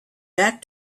back